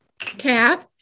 cap